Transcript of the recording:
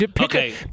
Okay